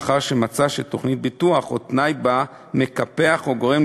לאחר שמצא שתוכנית ביטוח או תנאי בה מקפח או גורם